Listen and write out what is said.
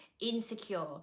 insecure